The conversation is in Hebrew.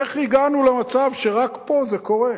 איך הגענו למצב שרק פה זה קורה?